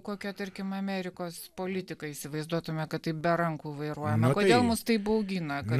kokia tarkim amerikos politiką įsivaizduotumėt kad tai be rankų vairuojama kodėl mus taip baugina kad